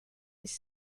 his